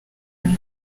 umwe